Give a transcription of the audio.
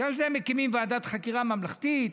שעל זה מקימים ועדת חקירה ממלכתית,